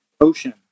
ocean